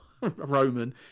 Roman